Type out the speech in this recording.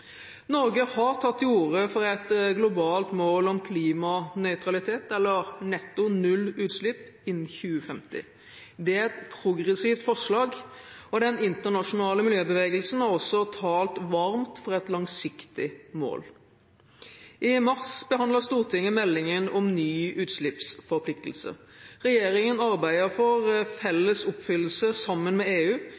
Norge har tatt til orde for et globalt mål om klimanøytralitet eller netto nullutslipp innen 2050. Det er et progressivt forslag. Den internasjonale miljøbevegelsen har også talt varmt for et langsiktig mål. I mars behandlet Stortinget meldingen om ny utslippsforpliktelse. Regjeringen arbeider for felles oppfyllelse sammen med EU,